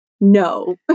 no